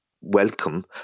welcome